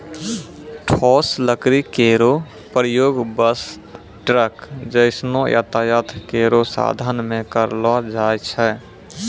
ठोस लकड़ी केरो प्रयोग बस, ट्रक जैसनो यातायात केरो साधन म करलो जाय छै